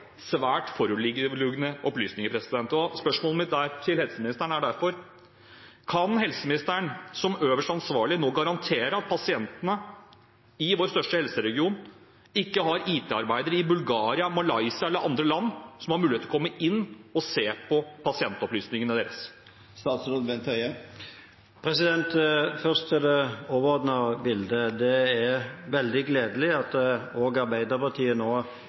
Spørsmålet mitt til helseministeren er derfor: Kan helseministeren som øverste ansvarlige nå garantere pasientene i vår største helseregion at ikke IT-arbeidere i Bulgaria, Malaysia eller i andre land har mulighet til å komme inn og se på pasientopplysningene deres? Først til det overordnede bildet. Det er veldig gledelig at også Arbeiderpartiet nå